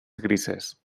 grises